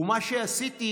ומה שעשיתי,